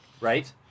Right